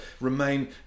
remain